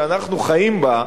שאנחנו חיים בה,